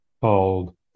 called